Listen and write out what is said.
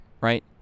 right